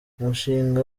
umushinga